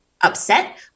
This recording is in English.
upset